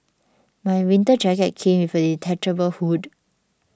my winter jacket came with a detachable hood